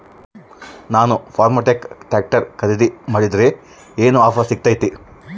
ನಾನು Farmtrac tractor ಖರೇದಿ ಮಾಡಿದ್ರೆ ಏನು ಆಫರ್ ಸಿಗ್ತೈತಿ?